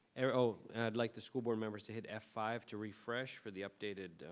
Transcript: arrow like the school board members to hit f five to refresh for the updated